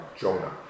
Jonah